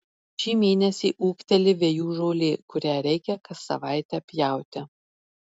šį mėnesį ūgteli vejų žolė kurią reikia kas savaitę pjauti